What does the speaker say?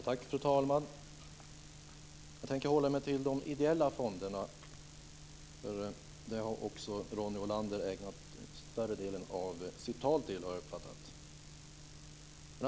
Fru talman! Jag tänker hålla mig till de ideella fonderna. Jag uppfattade att Ronny Olander ägande en större del av sitt tal åt dem.